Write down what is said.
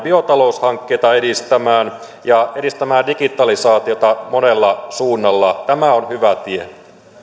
biotaloushankkeita edistämään ja edistämään digitalisaatiota monella suunnalla tämä on hyvä tie